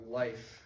life